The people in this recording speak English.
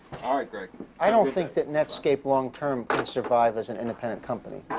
ah i don't think that netscape long term can survive as an independent company.